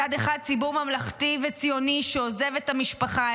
מצד אחד ציבור ממלכתי וציוני שעוזב את המשפחה,